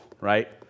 right